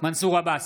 מנסור עבאס,